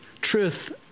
truth